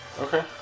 Okay